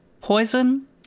poison